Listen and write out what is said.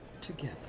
together